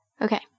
Okay